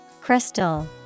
Crystal